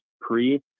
pre